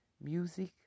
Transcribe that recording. music